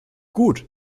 gut